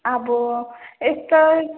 अब यस्तै